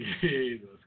Jesus